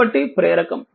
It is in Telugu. కాబట్టి ప్రేరకం